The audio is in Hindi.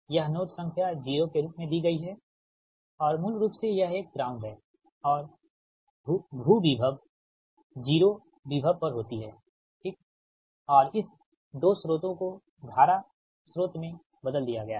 यह नोड संख्या 0 के रूप में दी गई है और मूल रूप से यह एक ग्राउंड है और भू विभव 0 विभव पर होती है ठीक और इस 2 स्रोतों को धारा स्रोत में बदल दिया गया है